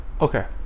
okay